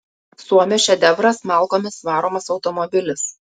suomio šedevras malkomis varomas automobilis